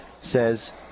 says